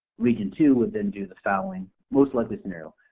region two would then do the following most likely scenario.